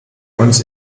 uns